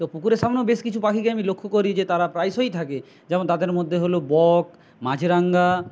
তো পুকুরের সামনেও আমি বেশ কিছু পাখিকে আমি লক্ষ্য করি যে তারা প্রায়শই থাকে যেমন তাদের মধ্যে হল বক মাছরাঙা